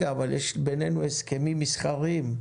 אבל יש בינינו הסכמים מסחריים,